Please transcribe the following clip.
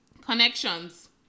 Connections